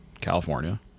California